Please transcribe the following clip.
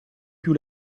più